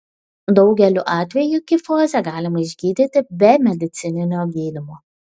daugeliu atvejų kifozę galima išgydyti be medicininio gydymo